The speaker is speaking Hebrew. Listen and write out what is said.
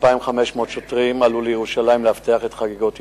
2,500 שוטרים מכל הארץ עלו לירושלים לאבטח את חגיגות ירושלים,